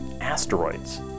asteroids